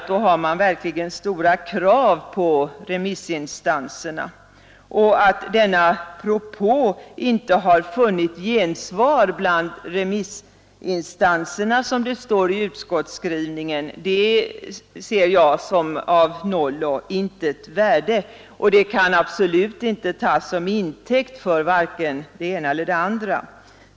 Då har man verkligen stora krav på remissinstanserna. Att denna propå inte har vunnit gensvar bland remissinstanserna, som det står i utskottets skrivning, anser jag vara av noll och intet värde. Det kan absolut inte tas som intäkt för vare sig det ena eller det andra.